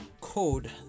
code